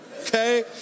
okay